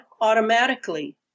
automatically